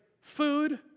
food